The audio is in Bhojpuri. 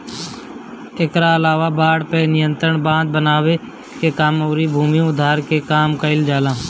एकरा अलावा बाढ़ पे नियंत्रण, बांध बनावे के काम अउरी भूमि उद्धार के काम कईल जाला